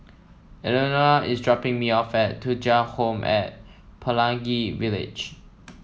Eleanore is dropping me off at Thuja Home at Pelangi Village